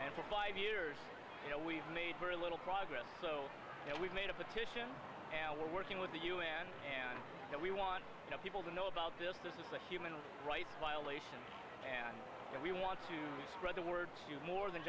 and for five years you know we've made very little progress so we've made a petition and we're working with the u n and we want people to know about this this is a human rights violation and we want to read the words to more than